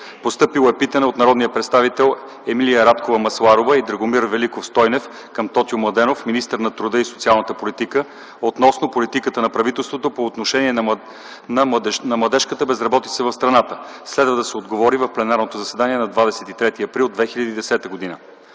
Постъпило е питане от народните представители Емилия Радкова Масларова и Драгомир Великов Стойнев към Тотю Младенов – министър на труда и социалната политика, относно политиката на правителството по отношение на младежката безработица в страната. Следва да се отговори в пленарното заседание на 23 април 2010 г.